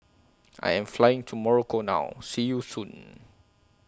I Am Flying to Morocco now See YOU Soon